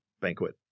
banquet